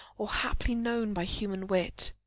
or haply known by human wit.